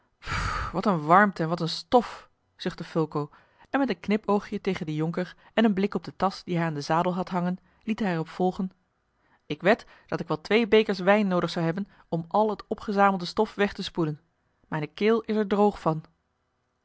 wat een warmte en wat een stof zuchtte fulco en met een knipoogje tegen den jonker en een blik op de tasch die hij aan den zadel had hangen liet hij er op volgen k wed dat ik wel twee bekers wijn noodig zou hebben om al het opgezamelde stofweg te spoelen mijne keel is er droog van